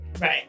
Right